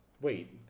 Wait